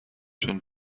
چون